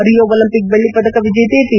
ರಿಯೋ Olympic ಬೆಳ್ಳಿ ಪದಕ ವಿಜೇತೆ ಪಿ